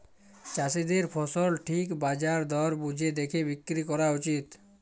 চাষীদের ফসল ঠিক বাজার দর বুঝে দ্যাখে বিক্রি ক্যরা উচিত